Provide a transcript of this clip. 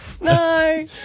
No